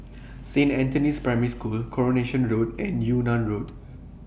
Saint Anthony's Primary School Coronation Road and Yunnan Road